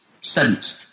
studies